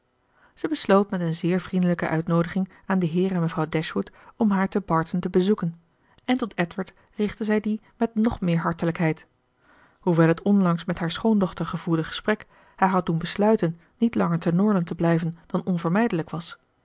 besloot met een zeer vriendelijke uitnoodiging aan den heer en mevrouw dashwood om haar te barton te bezoeken en tot edward richtte zij die met nog meer hartelijkheid hoewel het onlangs met haar schoondochter gevoerde gesprek haar had doen besluiten niet langer te norland te blijven dan onvermijdelijk was